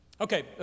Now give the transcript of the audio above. Okay